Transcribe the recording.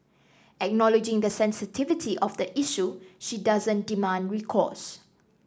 acknowledging the sensitivity of the issue she doesn't demand recourse